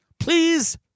Please